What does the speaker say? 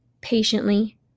patiently